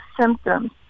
symptoms